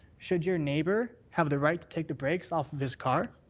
should your neighbour have the right to take the brakes off of his car?